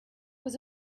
was